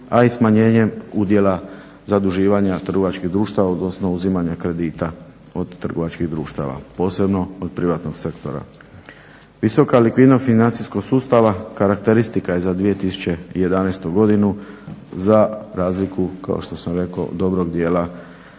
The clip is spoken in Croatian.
a i smanjenjem udjela zaduživanja trgovačkih društava, odnosno uzimanja kredita od trgovačkih društava posebno od privatnog sektora. Visoka likvidnost financijskog sustava karakteristika je za 2011. godinu za razliku kao što sam rekao dobrog dijela